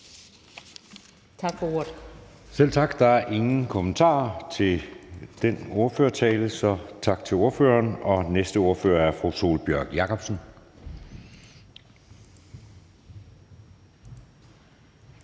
(Jeppe Søe): Selv tak. Der er ingen kommentarer til den ordførertale, så tak til ordføreren. Og den næste ordfører er fru Sólbjørg Jakobsen,